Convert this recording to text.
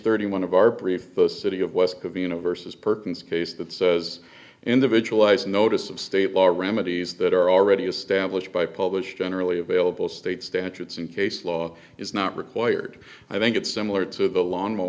thirty one of our brief the city of west covina versus perkins case that says individualized notice of state law remedies that are already established by published generally available state statutes and case law is not required i think it's similar to the lawn